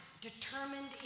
determined